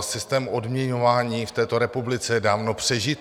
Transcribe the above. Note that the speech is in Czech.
Systém odměňování v této republice je dávno přežitý.